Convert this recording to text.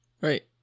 Right